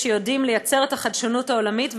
שיודעים לייצר את החדשנות העולמית,